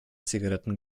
zigaretten